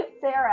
Sarah